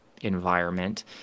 environment